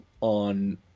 on